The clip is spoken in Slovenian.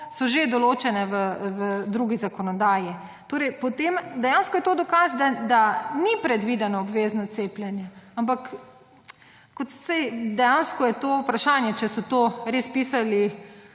so že določene v drugi zakonodaji. Torej, dejansko je to dokaz, da ni predvideno obvezno cepljenje. Ampak dejansko je to vprašanje, če so to res pisali